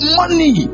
money